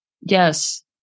yes